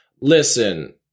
listen